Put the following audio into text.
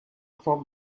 from